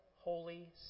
Holy